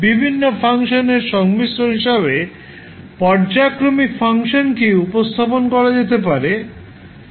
বিভিন্ন ফাংশনের সংমিশ্রণ হিসাবে পর্যায়ক্রমিক ফাংশনকে উপস্থাপন করা যেতে পারে